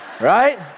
right